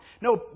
No